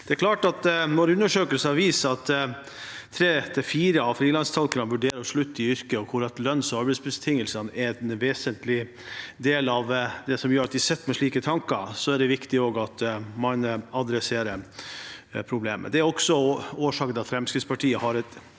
deres bekymring. Når undersøkelser viser at tre av fire av frilanstolkene vurderer å slutte i yrket, og at lønns- og arbeidsbetingelsene er en vesentlig del av det som gjør at de sitter med slike tanker, er det viktig at man tar tak i problemet. Det er også årsaken til at Fremskrittspartiet har et